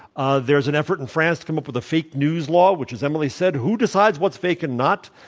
ah there's an effort in france to come up with a fake news law, which as emily said, who decides what's fake and not?